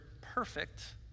perfect